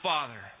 Father